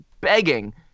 begging